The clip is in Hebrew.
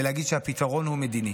ולהגיד שהפתרון הוא מדיני.